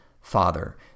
father